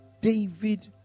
David